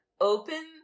open